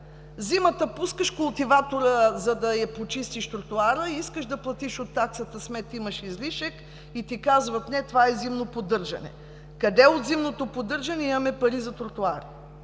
зимата пускаш култиватора, за да почистиш тротоара, искаш да платиш от таксата смет – имаш излишък, и ти казват: „Не, това е зимно поддържане“. Къде от зимното поддържане имаме пари за тротоари?